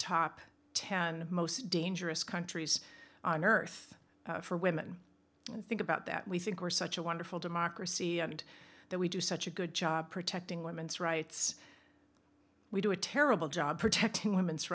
top ten most dangerous countries on earth for women and think about that we think we're such a wonderful democracy and that we do such a good job protecting women's rights we do a terrible job protecting women's